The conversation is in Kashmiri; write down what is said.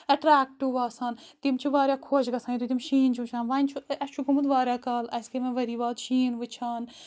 اؠٹریکٹِو باسان تِم چھِ واریاہ خۄش گَسان یُتھُے تِم شیٖن چھِ وٕچھان وۄنۍ چھُ اَسہِ چھُ گوٚمُت واریاہ کال اَسہِ گٔے وَنہِ ؤری واد شیٖن وِٕچھان